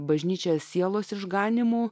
bažnyčia sielos išganymu